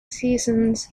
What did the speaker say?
seasons